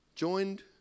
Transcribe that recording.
joined